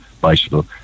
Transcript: bicycle